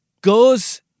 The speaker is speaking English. goes